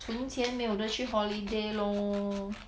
存钱没有的去 holiday lor